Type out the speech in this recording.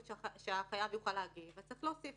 שהחייב יוכל להגיב, אז צריך להוסיף